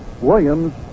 Williams